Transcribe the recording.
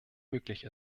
möglich